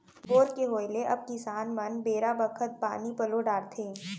bore के होय ले अब किसान मन बेरा बखत पानी पलो डारथें